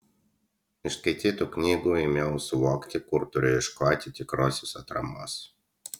iš skaitytų knygų ėmiau suvokti kur turiu ieškoti tikrosios atramos